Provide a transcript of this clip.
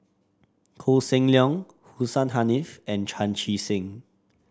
Koh Seng Leong Hussein Haniff and Chan Chee Seng